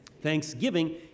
Thanksgiving